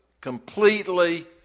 completely